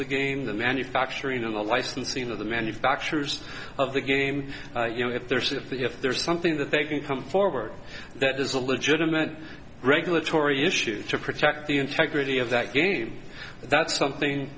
the game the manufacturing and the licensing of the manufacturers of the game you know if there's if the if there is something that they can come forward that is a legitimate regulatory issue to protect the integrity of that game that's something